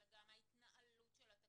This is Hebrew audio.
אלא גם ההתנהלות של התקציב.